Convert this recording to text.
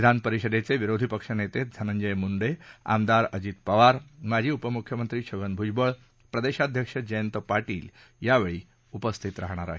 विधान परिषदेचे विरोधी पक्षनेते धनंजय मुंडे आमदार अजित पवार माजी उपमुख्यमंत्री छगन भूजबळ प्रदेशाध्यक्ष जयंत पाटील यावेळी उपस्थित राहणार आहेत